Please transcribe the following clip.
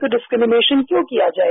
तो डिस्क्रिमिनेशन क्यों किया जाये